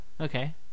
Okay